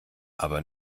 aber